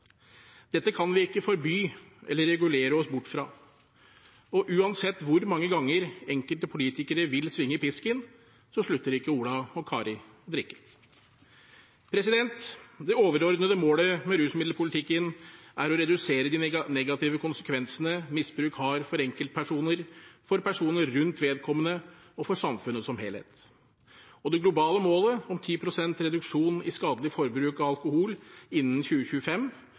Dette kan vi ikke forby eller regulere oss bort fra. Uansett hvor mange ganger enkelte politikere vil svinge pisken, slutter ikke Ola og Kari å drikke. Det overordnede målet med rusmiddelpolitikken er å redusere de negative konsekvensene misbruk har for enkeltpersoner, for personer rundt vedkommende og for samfunnet som helhet. Og det globale målet om 10 pst. reduksjon i skadelig forbruk av alkohol innen 2025